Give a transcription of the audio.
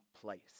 place